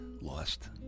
lost